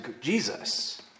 Jesus